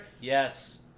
Yes